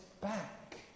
back